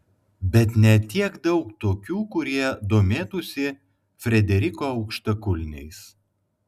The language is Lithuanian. bet ne tiek daug tokių kurie domėtųsi frederiko aukštakulniais